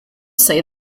say